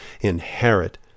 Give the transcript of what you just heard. inherit